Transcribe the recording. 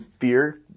fear